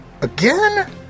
Again